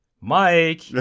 Mike